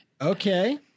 Okay